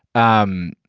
um,